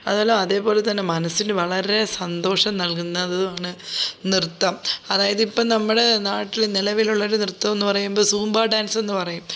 അതല്ല അതേപോലെതന്നെ മനസിന് വളരെ സന്തോഷം നൽകുന്നതുമാണ് നൃത്തം അതായത് ഇപ്പം നമ്മുടെ നാട്ടില് നിലവിൽ ഉള്ളൊരു നൃത്തമെന്നുപറയുമ്പോൾ സൂംബ ഡാൻസെന്ന് പറയും